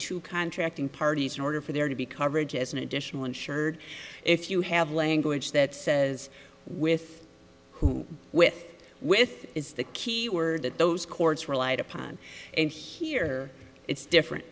two contracting parties in order for there to be coverage as an additional insured if you have language that says with who with with is the keyword that those courts relied upon and here it's different